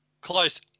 Close